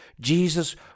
Jesus